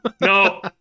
No